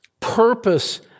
purpose